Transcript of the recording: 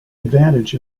advantage